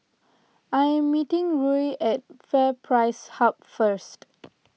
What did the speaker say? I am meeting Ruie at FairPrice Hub first